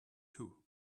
too